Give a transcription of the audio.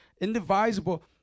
indivisible